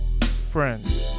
Friends